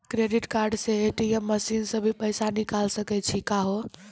Credit card से ATM machine से भी पैसा निकल सकै छि का हो?